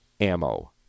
ammo